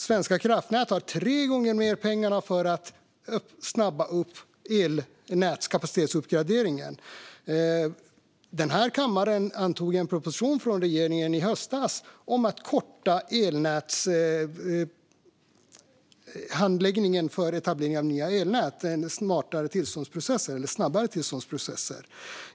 Svenska kraftnät har tre gånger mer pengar för att snabba på uppgraderingen av elnätskapaciteten. Den här kammaren antog i höstas en proposition från regeringen om att korta handläggningstiderna för etablering av nya elnät genom smartare eller snabbare tillståndsprocesser.